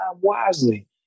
wisely